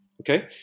okay